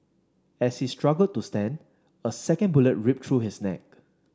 as he struggled to stand a second bullet ripped through his neck